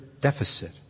deficit